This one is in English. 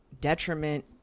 detriment